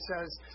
says